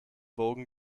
wogen